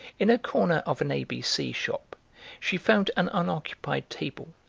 in a corner of an a b c. shop she found an unoccupied table,